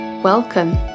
Welcome